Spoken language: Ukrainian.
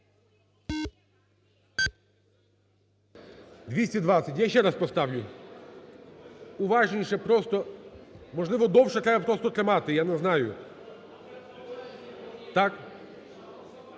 За-220 Я ще раз поставлю. Уважніше просто. Можливо, довше треба просто тримати, я не знаю. В